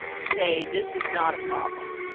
say, this is not a problem.